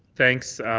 thanks.